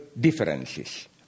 differences